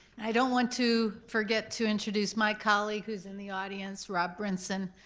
i don't want to forget to introduce my colleague, who's in the audience, rob brenson,